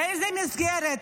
באיזה מסגרת?